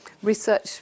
research